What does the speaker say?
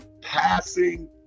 passing